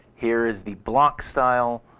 here is the block style,